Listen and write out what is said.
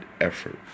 effort